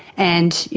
and,